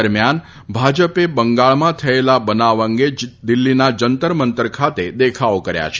દરમિયાન ભાજપે બંગાળમાં થયેલા બનાવ અંગે દિલ્હીના જંતર મંતર ખાતે દેખાવો કર્યા છે